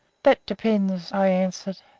that depends i answered.